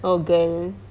oh girl